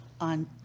on